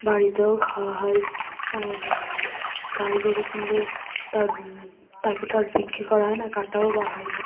বাড়িতেও খাওয়া হয় আর গাই গরু কিনলে তার তাকে তো আর বিক্রি করা হয় না কাটাও বা হয় না